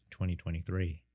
2023